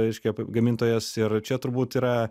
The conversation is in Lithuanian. reiškia gamintojas ir čia turbūt yra